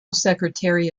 secretary